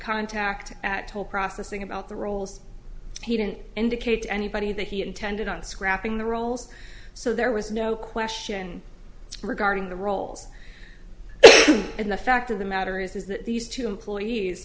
contact at told processing about the rolls he didn't indicate to anybody that he intended on scrapping the rolls so there was no question regarding the rolls and the fact of the matter is that these two employees